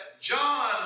John